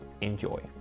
Enjoy